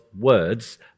words